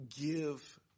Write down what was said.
give